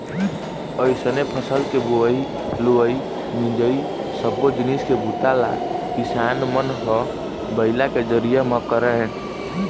अइसने फसल के बोवई, लुवई, मिंजई सब्बो जिनिस के बूता ल किसान मन ह बइला के जरिए म करय